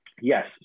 Yes